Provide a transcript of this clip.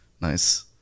Nice